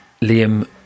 Liam